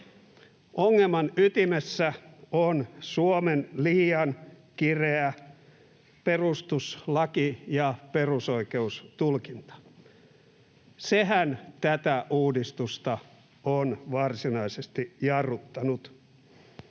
Ongelman ytimessä on Suomen liian kireä perustuslaki- ja perusoikeustulkinta. Sehän tätä uudistusta on varsinaisesti jarruttanut.